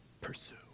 pursue